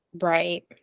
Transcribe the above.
Right